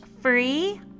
free